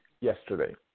yesterday